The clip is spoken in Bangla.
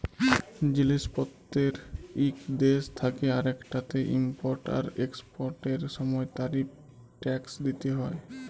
জিলিস পত্তের ইক দ্যাশ থ্যাকে আরেকটতে ইমপরট আর একসপরটের সময় তারিফ টেকস দ্যিতে হ্যয়